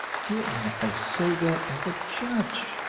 you are as sober as a judge,